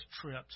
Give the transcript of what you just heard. trips